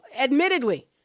admittedly